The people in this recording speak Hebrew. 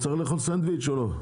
צריך לאכול סנדביץ' או לא?